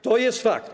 To jest fakt.